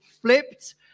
Flipped